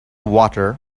water